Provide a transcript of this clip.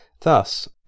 Thus